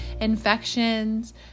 infections